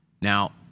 Now